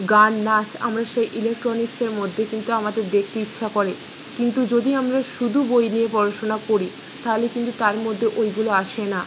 গান নাচ আমরা সেই ইলেকট্রনিক্সের মধ্যে কিন্তু আমাদের দেখতে ইচ্ছা করে কিন্তু যদি আমরা শুধু বই নিয়ে পড়াশোনা করি তাহলে কিন্তু তার মধ্যে ওইগুলো আসে না